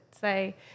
say